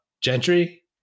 Gentry